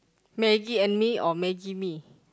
Maggi and me or maggi mee